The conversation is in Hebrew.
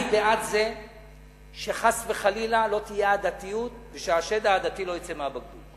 אני בעד זה שחס וחלילה לא תהיה עדתיות והשד העדתי לא יצא מהבקבוק.